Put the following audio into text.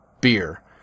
beer